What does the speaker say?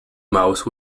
mouse